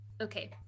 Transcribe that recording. Okay